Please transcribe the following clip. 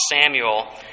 Samuel